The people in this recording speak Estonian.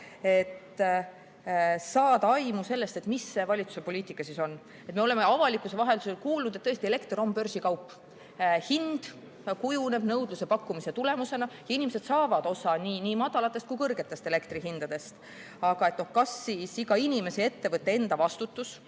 et saada aimu sellest, milline selle valitsuse poliitika on. Me oleme avalikkuse vahendusel kuulnud, et elekter on börsikaup, hind kujuneb nõudluse-pakkumise tulemusena ja inimesed saavad osa nii madalatest kui ka kõrgetest elektrihindadest. Aga kas siis iga inimese ja ettevõtte enda vastutus